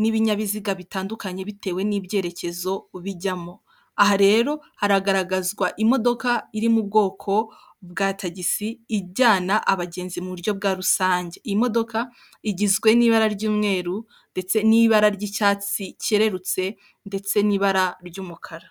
n'ibinyabiziga bitandukanye bitewe n'ibyerekezo bijyamo. Aha rero hagaragazwa imodoka iri mu bwoko bwa tagisi ijyana abagenzi mu buryo bwa rusange. Imodoka igizwe n'ibara ry'umweru ndetse n'ibara ry'icyatsi kererutse ndetse n'ibara ry'umukara.